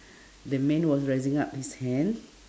the man was raising up his hand